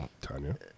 Tanya